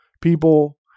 people